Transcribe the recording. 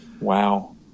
wow